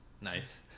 Nice